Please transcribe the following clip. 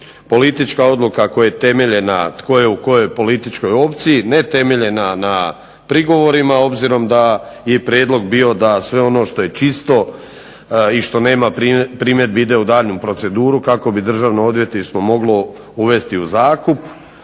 politička odluka koja je temeljena tko je u kojoj političkoj opciji, ne temeljena na prigovorima obzirom da je prijedlog bio da sve ono što je čisto i što nema primjedbi ide u daljnju proceduru kako bi Državno odvjetništvo moglo uvesti u zakup.